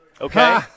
Okay